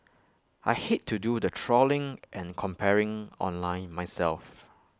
I hate to do the trawling and comparing online myself